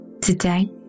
Today